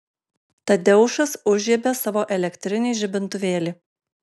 tadeušas užžiebė savo elektrinį žibintuvėlį